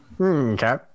Okay